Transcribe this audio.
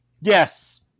Yes